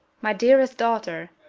my dearest daughter,